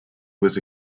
was